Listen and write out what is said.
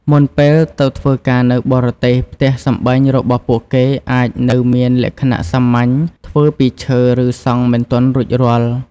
មុនពេលទៅធ្វើការនៅបរទេស ផ្ទះសម្បែងរបស់ពួកគេអាចនៅមានលក្ខណៈសាមញ្ញ ធ្វើពីឈើ ឬសង់មិនទាន់រួចរាល់។